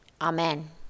Amen